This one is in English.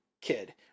kid